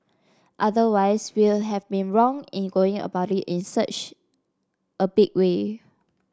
otherwise we will have been wrong in going about it in such a big way